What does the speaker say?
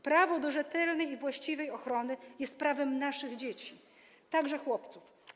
Prawo do rzetelnej i właściwej ochrony jest prawem naszych dzieci, także chłopców.